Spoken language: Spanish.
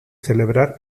celebrar